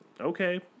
okay